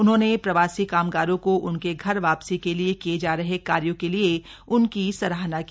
उन्होंने प्रवासी कामगारों को उनके घर वापसी के लिए किये जा रहे कार्यों के लिए उनकी सराहना की